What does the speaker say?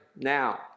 Now